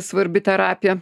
svarbi terapija